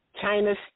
China's